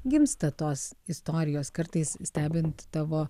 gimsta tos istorijos kartais stebint tavo